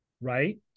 right